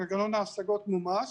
מנגנון ההשגות מומש,